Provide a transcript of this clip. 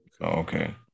Okay